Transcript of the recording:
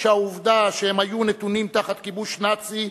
שהעובדה שהם היו נתונים תחת כיבוש נאצי,